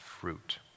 fruit